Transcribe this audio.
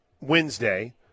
Wednesday